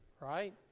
right